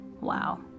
wow